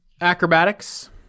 Acrobatics